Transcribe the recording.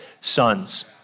sons